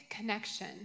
connection